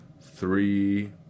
three